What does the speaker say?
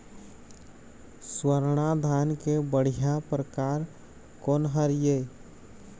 स्वर्णा धान के बढ़िया परकार कोन हर ये?